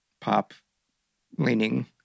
pop-leaning